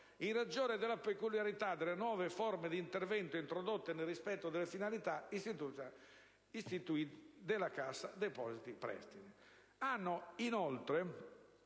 in ragione della peculiarità delle nuove forme di intervento introdotte nel rispetto delle finalità istituzionali della Cassa depositi e prestiti».